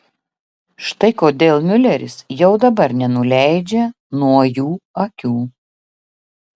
štai kodėl miuleris jau dabar nenuleidžia nuo jų akių